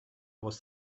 was